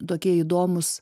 tokie įdomūs